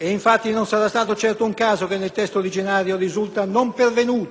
Non sarà stato certo un caso, infatti, che nel testo originario risulta non pervenuta